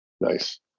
Nice